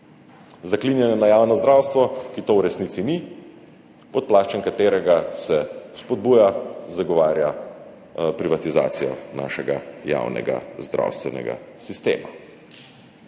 zaklinjanje na javno zdravstvo, ki to v resnici ni, pod plaščem katerega se spodbuja, zagovarja privatizacijo našega javnega zdravstvenega sistema.